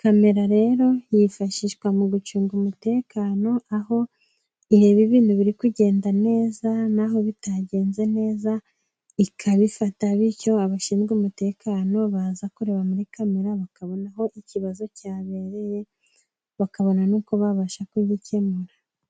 camera rero yifashishwa mu gucunga umutekano aho ibintu biri kugenda neza, naho bitagenze neza ikabifata, bityo abashinzwe umutekano baza kureba muri camera bakabona aho ikibazo cyabereye, bakabona nubwo babasha kugikemura